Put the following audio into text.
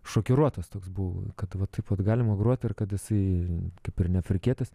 šokiruotas toks buvau kad va taip vat galima groti ir kad jisai kaip ir ne afrikietis